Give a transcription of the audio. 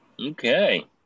Okay